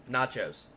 Nachos